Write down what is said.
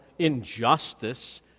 injustice